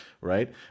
Right